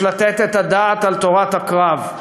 יש לתת את הדעת על תורת הקרב.